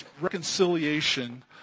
reconciliation